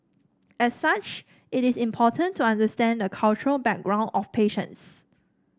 as such it is important to understand the cultural background of patients